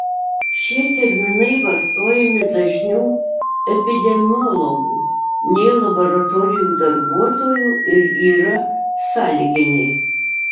šie terminai vartojami dažniau epidemiologų nei laboratorijų darbuotojų ir yra sąlyginiai